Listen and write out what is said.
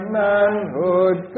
manhood